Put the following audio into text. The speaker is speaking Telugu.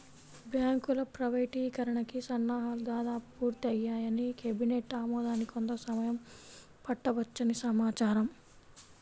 బ్యాంకుల ప్రైవేటీకరణకి సన్నాహాలు దాదాపు పూర్తయ్యాయని, కేబినెట్ ఆమోదానికి కొంత సమయం పట్టవచ్చని సమాచారం